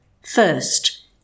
First